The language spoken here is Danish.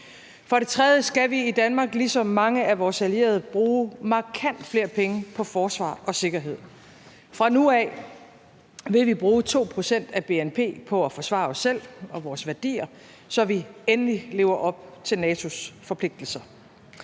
For det tredje skal vi i Danmark ligesom mange af vores allierede bruge markant flere penge på forsvar og sikkerhed. Fra nu af vil vi bruge 2 pct. af bnp på at forsvare os selv og vores værdier, så vi endelig lever op til NATO's forpligtelser.